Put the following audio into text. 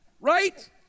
right